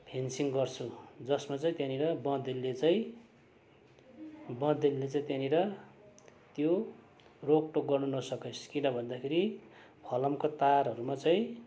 fencing गर्छु जसमा चाहिँ त्यहाँनिर बँदेलले चाहिँ बँदेलले चाहिँ त्यहाँनिर त्यो रोकटोक गर्न नसकोस् किन भन्दाखेरि फलामको तारहरूमा चाहिँ